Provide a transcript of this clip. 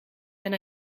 wenn